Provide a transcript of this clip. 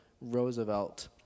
Roosevelt